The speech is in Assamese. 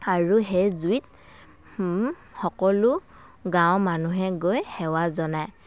আৰু সেই জুইত সকলো গাঁৱৰ মানুহে গৈ সেৱা জনায়